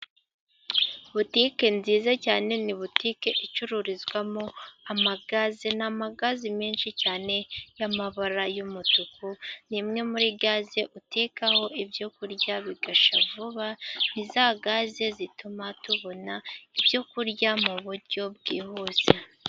Butike nziza cyane, ni butike icururizwamo amagaze, ni amagaze menshi cyane, y'amabara y'umutuku, ni imwe muri gaze utekaho ibyo kurya, bigashya vuba, ni za gaze zituma tubona ibyo kurya, mu buryo bwihuse.